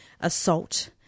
assault